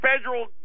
federal